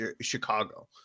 Chicago